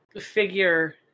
figure